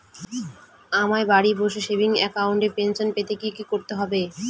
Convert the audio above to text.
আমায় বাড়ি বসে সেভিংস অ্যাকাউন্টে পেনশন পেতে কি কি করতে হবে?